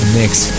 next